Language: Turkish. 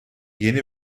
yeni